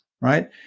Right